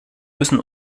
müssen